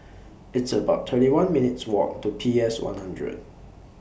It's about thirty one minutes' Walk to P S one hundred